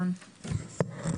זה מאוד עוזר.